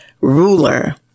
ruler